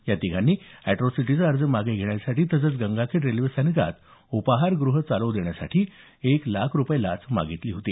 या तिघांनी एट्रोसिटीचा अर्ज मागे घेण्यासाठी तसंच गंगाखेड रेल्वे स्थानकात उपाहारगृह चालवू देण्यासाठी एक लाख रुपये लाच मागितली होती